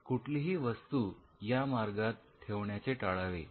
कुठलीही वस्तू या मार्गात ठेवण्याचे टाळावे